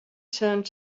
turned